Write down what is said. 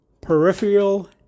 Peripheral